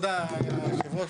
תודה רבה.